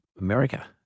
America